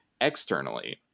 externally